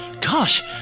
Gosh